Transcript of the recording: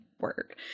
work